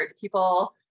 people